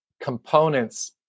components